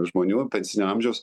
žmonių pensinio amžiaus